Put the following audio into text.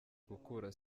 gukura